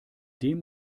dem